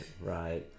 right